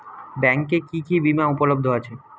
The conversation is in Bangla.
ব্যাংকে কি কি বিমা উপলব্ধ আছে?